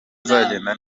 bitagenze